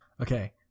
Okay